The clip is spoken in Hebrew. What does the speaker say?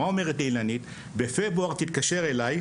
אילנית אמרה לי: בפברואר תתקשר אליי,